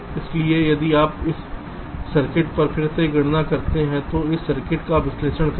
इसलिए यदि आप इस सर्किट पर फिर से गणना करते हैं तो इस सर्किट पर विश्लेषण करें